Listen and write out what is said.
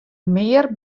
mear